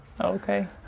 Okay